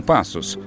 Passos